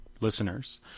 listeners